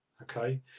Okay